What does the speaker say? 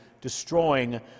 destroying